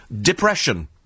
depression